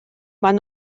maen